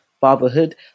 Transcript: fatherhood